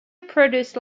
produce